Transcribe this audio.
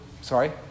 Sorry